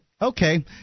Okay